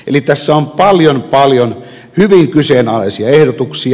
eli tässä on paljon paljon hyvin kyseenalaisia ehdotuksia